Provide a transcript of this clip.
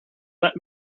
let